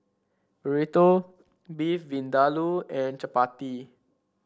Burrito Beef Vindaloo and Chapati